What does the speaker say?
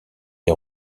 des